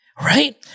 Right